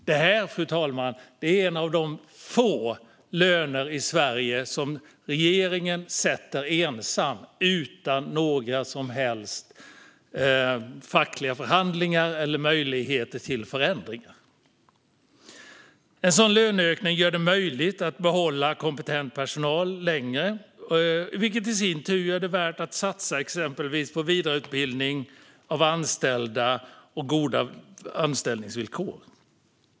Detta, fru talman, är en av de få löner i Sverige som regeringen sätter ensam, utan några som helst fackliga förhandlingar eller möjligheter till förändring. En sådan löneökning gör det möjligt att behålla kompetent personal längre, vilket i sin tur gör det värt att satsa på exempelvis vidareutbildning av anställda och goda anställningsvillkor.